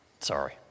Sorry